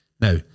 Now